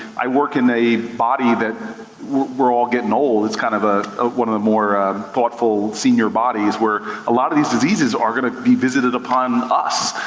i work in a body, that we're all getting old. it's kind of ah kinda one of the more thoughtful senior bodies where a lot of these diseases are gonna be visited upon us.